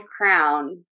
crown